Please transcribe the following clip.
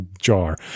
jar